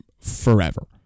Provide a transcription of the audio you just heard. forever